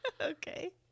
Okay